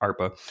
ARPA